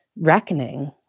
reckoning